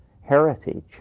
heritage